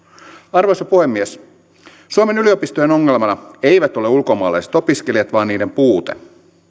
arvoisa puhemies suomen yliopistojen ongelmana eivät ole ulkomaalaiset opiskelijat vaan niiden puute